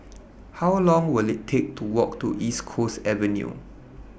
How Long Will IT Take to Walk to East Coast Avenue